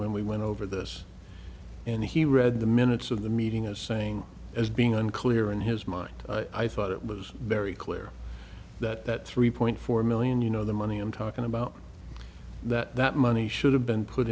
when we went over this and he read the minutes of the meeting as saying as being unclear in his mind i thought it was very clear that three point four million you know the money i'm talking about that money should have been put